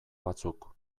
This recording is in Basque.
batzuk